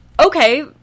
okay